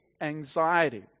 anxiety